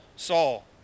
Saul